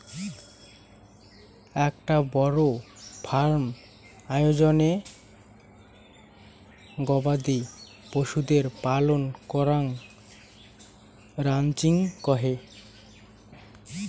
আকটা বড় ফার্ম আয়োজনে গবাদি পশুদের পালন করাঙ রানচিং কহে